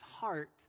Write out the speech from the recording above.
heart